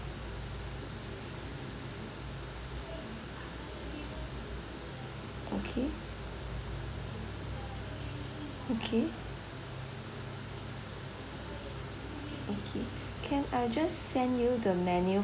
okay okay okay can I'll just send you the menu